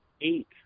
eight